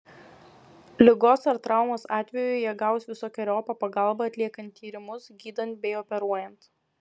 ligos ar traumos atveju jie gaus visokeriopą pagalbą atliekant tyrimus gydant bei operuojant